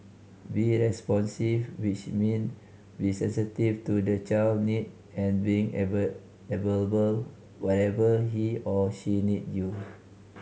be responsive which mean be sensitive to the child need and being available whenever he or she need you